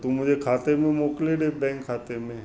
त तू मूंखे खाते में मोकिले ॾिए बैंक खाते में